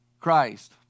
Christ